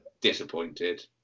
disappointed